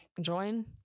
join